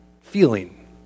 feeling